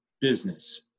business